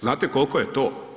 Znate koliko je to?